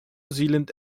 zealand